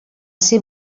ser